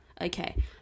Okay